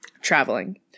traveling